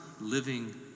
living